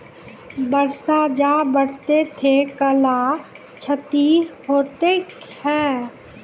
बरसा जा पढ़ते थे कला क्षति हेतै है?